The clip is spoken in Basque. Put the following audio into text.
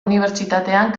unibertsitatean